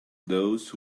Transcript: those